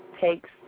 takes